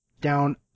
down